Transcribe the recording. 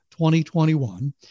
2021